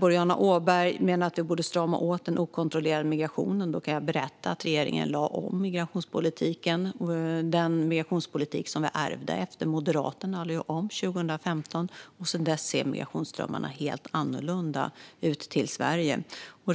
Boriana Åberg menar att vi borde strama åt den okontrollerade migrationen. Då kan jag berätta att regeringen 2015 lade om den migrationspolitik som vi ärvde efter Moderaterna. Sedan dess ser migrationsströmmarna till Sverige helt annorlunda ut.